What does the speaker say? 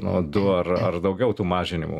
nu du ar ar daugiau tų mažinimų